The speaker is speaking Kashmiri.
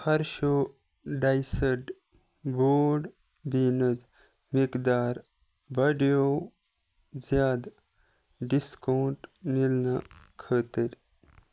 فرشو ڈایسٕڈ بوڈ بیٖنٕز مقدار بڑیو زِیادٕ ڈِسکونٛٹ مِلنہٕ خٲطر